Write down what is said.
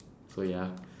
so ya